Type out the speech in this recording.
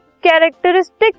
characteristic